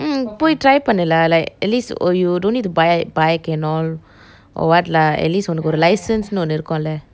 mm போய்:poi try பண்ணு:pannu lah like at least oh you don't need to buy bike and all or what lah at least உனக்கு ஒரு:unnaku oru license னு ஒன்னு இருக்கும் லெ:nu onu irukkum le